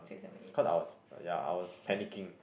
cause I was ya I was panicking